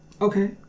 okay